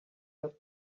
help